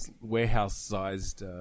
warehouse-sized